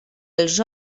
els